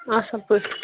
اَصٕل پٲٹھۍ